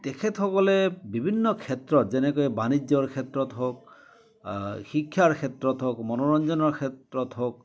তেখেতসকলে বিভিন্ন ক্ষেত্ৰত যেনেকৈয়ে বাণিজ্যৰ ক্ষেত্ৰত হওক শিক্ষাৰ ক্ষেত্ৰত হওক মনোৰঞ্জনৰ ক্ষেত্ৰত হওক